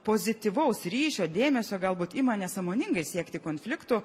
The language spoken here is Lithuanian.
pozityvaus ryšio dėmesio galbūt ima nesąmoningai siekti konfliktų